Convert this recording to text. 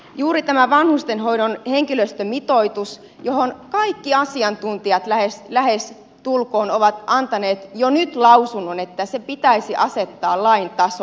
juuri tästä vanhustenhoidon henkilöstömitoituksesta kaikki asiantuntijat lähestulkoon ovat antaneet jo nyt lausunnon että se pitäisi asettaa lain tasolle